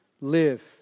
live